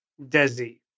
Desi